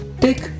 Take